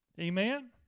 Amen